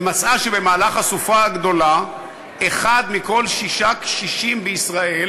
היא מצאה שבמהלך הסופה הגדולה אחד מכל שישה קשישים בישראל